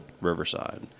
Riverside